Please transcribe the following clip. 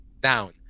down